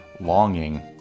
longing